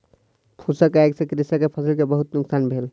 फूसक आइग से कृषक के फसिल के बहुत नुकसान भेल